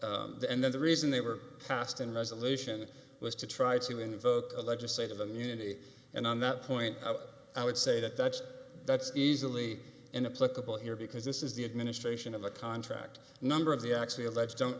then the reason they were cast in resolution was to try to invoke a legislative immunity and on that point i would say that that's that's easily in a political year because this is the administration of a contract number of the actually of edge don't